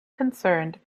concerned